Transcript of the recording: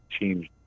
changed